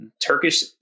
Turkish